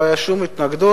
לא היתה שום התנגדות,